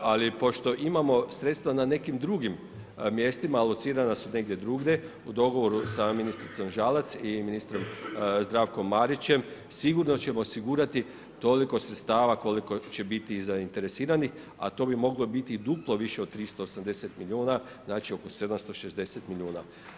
Ali pošto imamo sredstva na nekim drugim mjestima, alocirana su negdje drugdje u dogovoru sa ministricom Žalac i ministrom Zdravkom Marićem sigurno ćemo osigurati toliko sredstava koliko će biti i zainteresiranih a to bi moglo biti i duplo više od 380 milijuna, znači oko 760 milijuna.